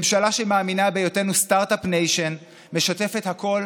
ממשלה שמאמינה בהיותנו סטרטאפ ניישן משתפת הכול